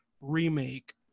remake